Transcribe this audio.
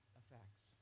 effects